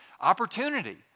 opportunity